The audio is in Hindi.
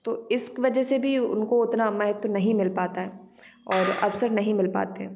तो इस वजह से भी उनको उतना महत्व नहीं मिल पाता है और अवसर नहीं मिल पाते हैं